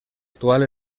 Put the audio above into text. actual